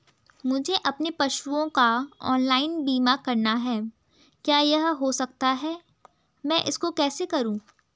मुझे अपने पशुओं का ऑनलाइन बीमा करना है क्या यह हो सकता है मैं इसको कैसे करूँ?